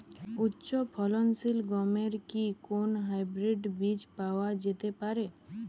উচ্চ ফলনশীল গমের কি কোন হাইব্রীড বীজ পাওয়া যেতে পারে?